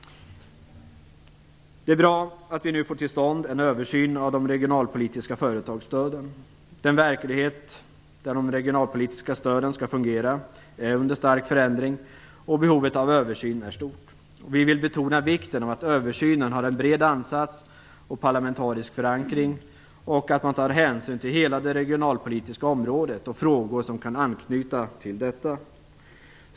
Det är bra att vi nu får till stånd en översyn av de regionalpolitiska företagsstöden. Den verklighet där de regionalpolitiska stöden skall fungera är under stark förändring, och behovet av översyn är stort. Vi vill betona vikten av att översynen har en bred ansats och parlamentarisk förankring och att man tar hänsyn till hela det regionalpolitiska området och frågor som kan anknyta till detta.